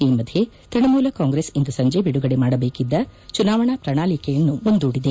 ಈ ಮಧ್ಯೆ ತ್ವಣಮೂಲ ಕಾಂಗ್ರೆಸ್ ಇಂದು ಸಂಜೆ ಬಿಡುಗಡೆ ಮಾಡಬೇಕಿದ್ದ ಚುನಾವಣಾ ಪ್ರಣಾಳಿಕೆಯನ್ನು ಮುಂದೂಡಿದೆ